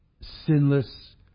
sinless